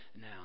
now